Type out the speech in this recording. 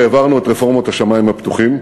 העברנו את רפורמת השמים הפתוחים,